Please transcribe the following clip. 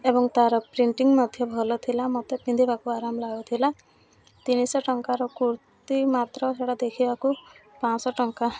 ଏବଂ ତାର ପ୍ରିଣ୍ଟିଂ ମଧ୍ୟ ଭଲଥିଲା ମତେ ପିନ୍ଧିବାକୁ ଆରାମ ଲାଗୁଥିଲା ତିନି ଶହ ଟଙ୍କାର କୁର୍ତ୍ତି ମାତ୍ର ସେଇଟା ଦେଖିବାକୁ ପାଞ୍ଚଶହ ଟଙ୍କା